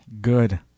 good